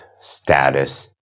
status